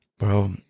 Bro